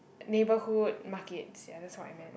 neighbourhood markets ya that's what I mean